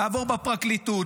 לעבור בפרקליטות,